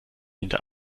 hinter